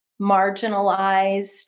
marginalized